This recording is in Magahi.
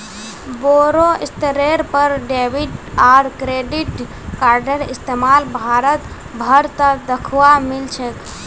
बोरो स्तरेर पर डेबिट आर क्रेडिट कार्डेर इस्तमाल भारत भर त दखवा मिल छेक